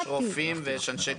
במגזר הציבורי יש רופאים ויש אנשי